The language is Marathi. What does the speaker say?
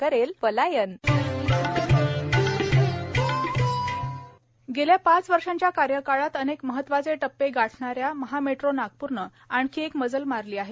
मेट्रो गेल्या पाच वर्षाच्या कार्यकाळात अनेक महत्वाचे टप्पे गाठणाऱ्या महामेट्रो नागप्रने आणखी एक मजल मारली आहे